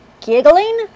giggling